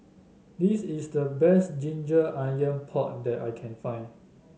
this is the best ginger onion pork that I can find